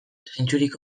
zentzurik